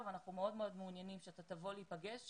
ואנחנו מאוד מעוניינים שאתה תבוא להיפגש